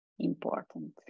Important